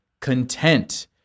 content